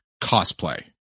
cosplay